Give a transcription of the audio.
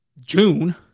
June